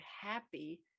happy